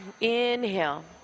Inhale